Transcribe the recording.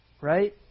right